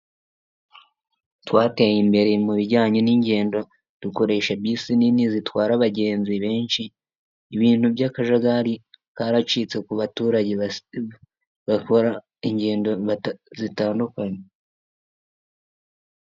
Twateye imbere mu bijyanye n'ingendo, dukoresha bisi nini zitwara abagenzi benshi, ibintu by'akajagari karacitse ku baturage bakora ingendo zitandukanye.